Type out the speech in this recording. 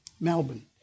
Melbourne